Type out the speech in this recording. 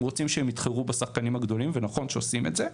רוצים שהם יתחרו בגופים הגדולים ונכון שעושים את זה,